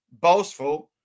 boastful